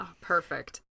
Perfect